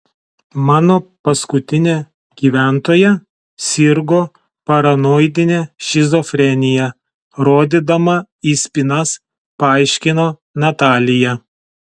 mano paskutinė gyventoja sirgo paranoidine šizofrenija rodydama į spynas paaiškino natalija